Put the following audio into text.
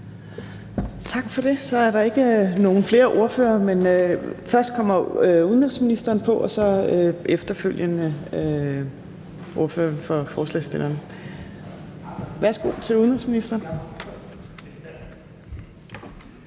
Tak for det. Så er der ikke flere ordførere, men først kommer udenrigsministeren på og så efterfølgende ordføreren for forslagsstillerne. Værsgo til udenrigsministeren.